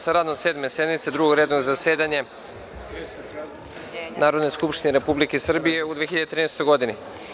sa radom Sedme sednice Drugog redovnog zasedanja Narodne skupštine Republike Srbije u 2013. godini.